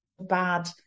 bad